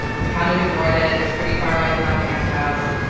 we kind of ignored it. it was pretty far away from my parents' house.